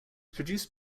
produced